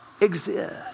exist